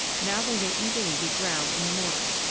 now they may easily be ground in the mortar.